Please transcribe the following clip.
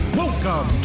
welcome